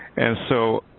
and so,